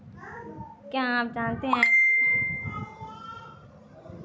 क्या आप जानते है गाय के दूध में अतिरिक्त फैट होता है